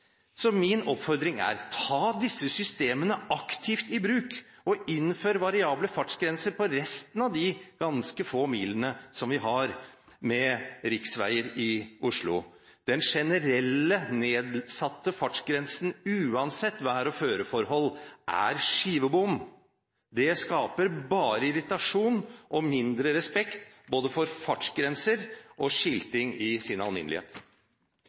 Min oppfordring er: Ta disse systemene aktivt i bruk og innfør variable fartsgrenser på resten av de ganske få milene som vi har med riksveier i Oslo. Den generelle nedsatte fartsgrensen uansett vær og føreforhold er skivebom. Det skaper bare irritasjon og mindre respekt både for fartsgrenser og for skilting i sin alminnelighet.